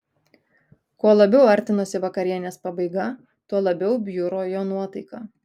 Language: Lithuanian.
kuo labiau artinosi vakarienės pabaiga tuo labiau bjuro jo nuotaika